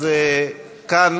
אז כאן